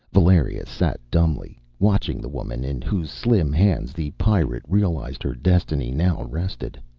valeria sat dumbly, watching the woman in whose slim hands, the pirate realized, her destiny now rested.